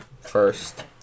first